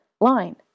line